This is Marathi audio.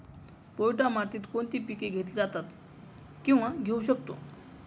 पोयटा मातीत कोणती पिके घेतली जातात, किंवा घेऊ शकतो?